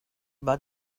but